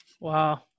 Wow